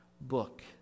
book